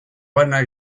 bana